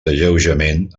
alleujament